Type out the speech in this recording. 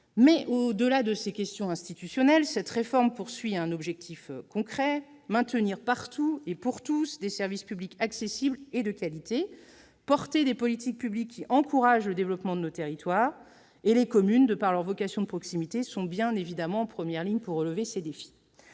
au-delà des questions institutionnelles, cette réforme territoriale vise un objectif concret : maintenir partout et pour tous des services publics accessibles et de qualité et porter des politiques publiques qui encouragent le développement de nos territoires. Les communes, de par leur vocation de proximité, sont bien évidemment en première ligne pour relever ce défi.